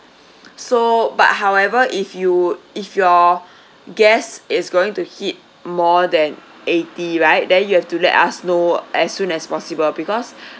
so but however if you if your guest is going to hit more than eighty right then you have to let us know as soon as possible because